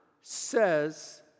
says